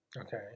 Okay